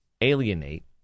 alienate